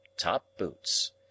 top-boots